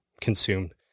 consumed